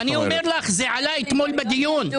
אני אומר לך, זה עלה אתמול בדיון על ידי עילבון.